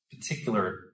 particular